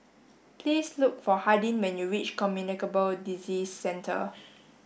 please look for Hardin when you reach Communicable Disease Centre